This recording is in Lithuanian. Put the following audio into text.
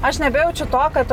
aš nebejaučiu to kad